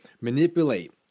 manipulate